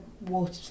water